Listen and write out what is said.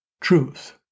truth